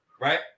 right